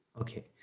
Okay